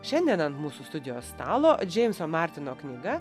šiandien ant mūsų studijos stalo džeimso martino knyga